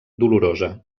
dolorosa